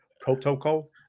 Protocol